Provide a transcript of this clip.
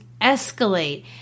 escalate